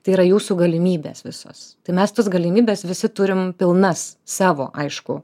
tai yra jūsų galimybės visos tai mes tas galimybes visi turim pilnas savo aišku